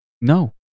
No